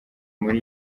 muri